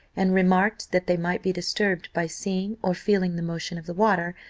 and remarked, that they might be disturbed by seeing or feeling the motion of the water,